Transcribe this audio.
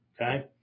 okay